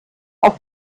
auf